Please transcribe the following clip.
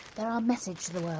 they're our message to the world!